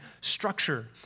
structure